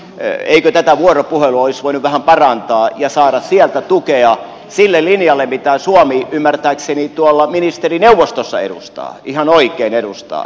eikö tätä vuoropuhelua olisi voinut vähän parantaa ja saada sieltä tukea sille linjalle mitä suomi ymmärtääkseni ministerineuvostossa edustaa ihan oikein edustaa